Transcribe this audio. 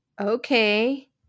okay